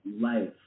life